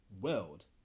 world